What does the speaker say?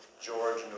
George